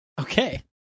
Okay